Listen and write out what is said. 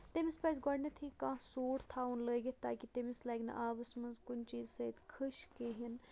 تٔمِس پَزِ گۄڈٕنیٚتھٕے کانٛہہ سوٗٹ تھاوُن لَاگِتھ تاکہِ تٔمِس لگہِ نہٕ آبَس منٛز کُنہِ چیٖزٕ سۭتۍ کھٕش کِہیٖنٛۍ